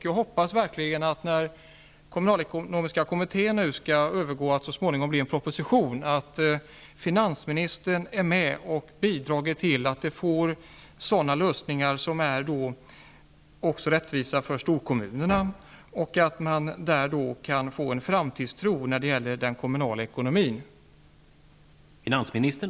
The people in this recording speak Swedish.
Jag hoppas verkligen att statsministern, när kommunalekonomiska kommitténs förslag så småningom skall resultera i en proposition, skall bidra till lösningar som är rättvisa också för storkommunerna, så att det kan skapas en framtidstro när det gäller den kommunala ekonomin.